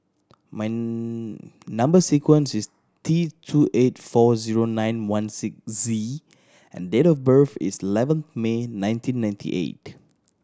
number sequence is T two eight four zero nine one six Z and date of birth is eleven May nineteen ninety eight